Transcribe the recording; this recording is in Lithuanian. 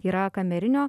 yra kamerinio